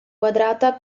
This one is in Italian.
quadrata